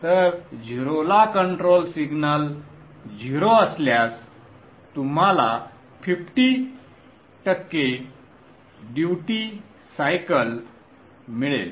तर 0 ला control signal 0 असल्यास तुम्हाला 50 टक्के ड्युटी सायकल मिळेल